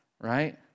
right